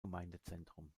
gemeindezentrum